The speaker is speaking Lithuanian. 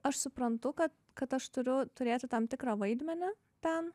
aš suprantu kad kad aš turiu turėti tam tikrą vaidmenį ten